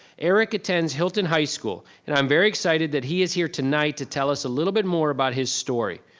eric attends hilton high school. and i am very excited that he is here tonight to tell us a little bit more about his story.